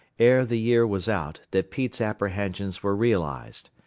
ere the year was out, that pete's apprehensions were realized.